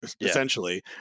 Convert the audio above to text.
essentially